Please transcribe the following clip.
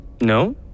No